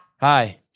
Hi